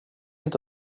inte